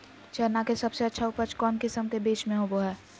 चना के सबसे अच्छा उपज कौन किस्म के बीच में होबो हय?